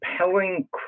compelling